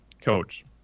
coach